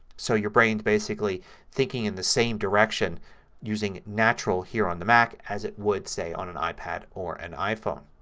so your brain basically thinking in the same direction using natural here on the mac as it would, say, on the ah ipad or an iphone.